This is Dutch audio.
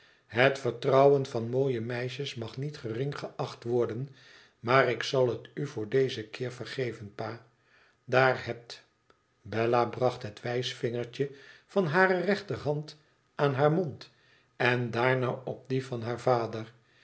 het vertrouwen van mooie meisjes mag niet gering geacht worden maar ik zal het u voor dezen keer vergeven pa daar hebt bella bracht het wijsvingertje van hare rechterhand aan haar mond en daarna op dien van haar vader